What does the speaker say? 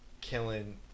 killing